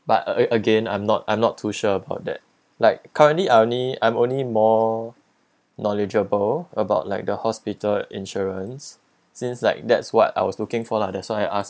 but a~ again I'm not I'm not too sure about that like currently I only I'm only more knowledgeable about like the hospital insurance since like that's what I was looking for lah that's why I ask